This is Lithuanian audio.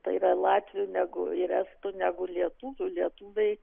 tai yra latvių negu ir estų negu lietuvių lietuviai